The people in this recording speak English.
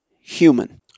human